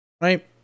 right